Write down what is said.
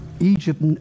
Egypt